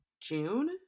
June